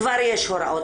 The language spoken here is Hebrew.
כבר יש הוראות.